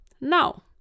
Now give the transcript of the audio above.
Now